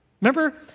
Remember